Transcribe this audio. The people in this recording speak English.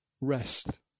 rest